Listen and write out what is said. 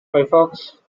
firefox